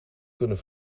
kunnen